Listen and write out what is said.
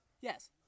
Yes